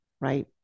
right